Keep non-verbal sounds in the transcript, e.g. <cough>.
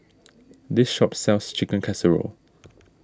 <noise> this shop sells Chicken Casserole